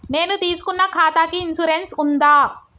నేను తీసుకున్న ఖాతాకి ఇన్సూరెన్స్ ఉందా?